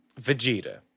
Vegeta